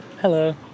Hello